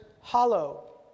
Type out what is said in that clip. hollow